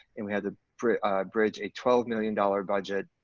and we had to bridge bridge a twelve million dollars budget,